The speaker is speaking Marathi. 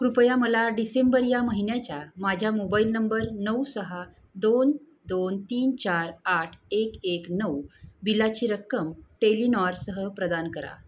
कृपया मला डिसेंबर या महिन्याच्या माझ्या मोबाईल नंबर नऊ सहा दोन दोन तीन चार आठ एक एक नऊ बिलाची रक्कम टेलिनॉरसह प्रदान करा